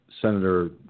Senator